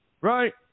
Right